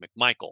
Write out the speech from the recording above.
McMichael